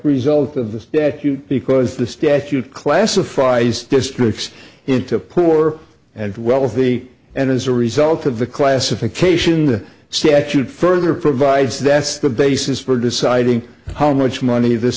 result of this that you because the statute classifies districts into poor and wealthy and as a result of the classification the statute further provides that's the basis for deciding how much money th